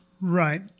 Right